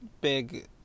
big